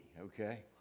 okay